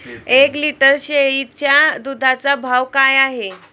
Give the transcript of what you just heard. एक लिटर शेळीच्या दुधाचा भाव काय आहे?